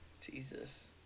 Jesus